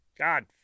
God